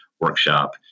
workshop